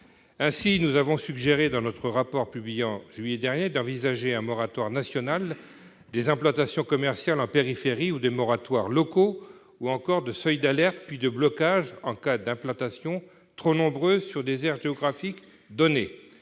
Ainsi, nous avons suggéré, dans notre rapport publié en juillet dernier, d'envisager un moratoire national sur les implantations commerciales en périphérie, ou des moratoires locaux, ou encore des seuils d'alerte, puis de blocage en cas d'implantations trop nombreuses sur des aires géographiques données.